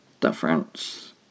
difference